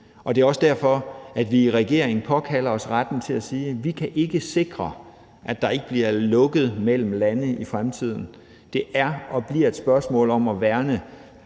og det er også derfor, at vi i regeringen påkalder os retten til at sige, at vi ikke kan sikre, at der ikke bliver lukket mellem lande i fremtiden. Det er og bliver et spørgsmål om at værne,